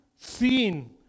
seen